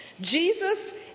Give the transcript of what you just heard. Jesus